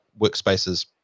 workspaces